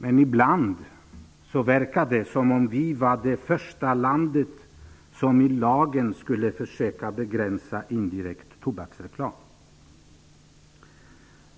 Men ibland verkar det som om vi skulle vara det första landet som genom lagen skulle försöka att begränsa indirekt tobaksreklam.